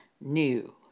new